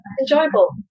enjoyable